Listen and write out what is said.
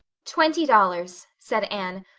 twenty dollars, said anne,